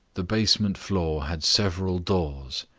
the basement floor had several doors,